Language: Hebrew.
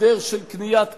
הסדר של קניית קולות,